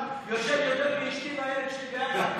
הבן אדם ישן יותר מאשתי והילד שלי ביחד.